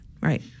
right